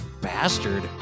bastard